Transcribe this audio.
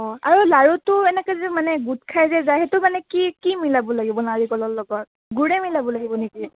অঁ আৰু লাৰুটো এনেকৈ যে মানে গোট খাই যে সেইটো মানে কি কি মিলাব লাগিব নাৰিকলৰ লগত গুৰে মিলাব লাগিব নেকি